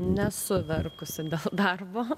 nesu verkusi dėl darbo